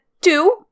two